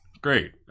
great